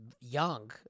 young